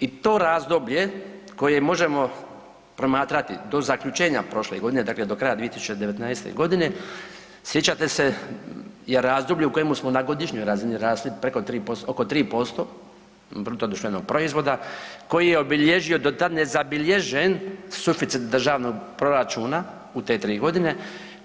I to razdoblje koje možemo promatrati do zaključenja prošle godine dakle do kraja 2019. godine sjećate se je razdoblje u kojemu smo na godišnjoj razini rasli oko 3% BDP-a koji je obilježio do tada nezabilježen suficit državnog proračuna u te tri godine